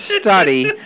study